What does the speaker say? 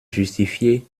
justifiées